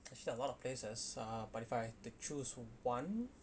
actually a lot of places uh but if I to choose one